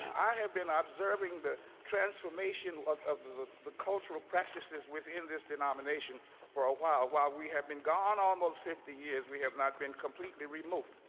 i have been observing the transformation of of the the cultural practices within this denomination for a while while we have been gone almost fifty years, we have not been completely removed.